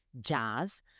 jazz